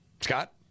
Scott